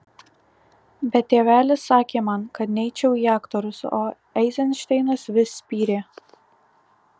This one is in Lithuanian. bet tėvelis sakė man kad neičiau į aktorius o eizenšteinas vis spyrė